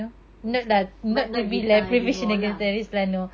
I see but not guitar anymore lah